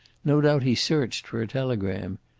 no doubt he searched for a telegram.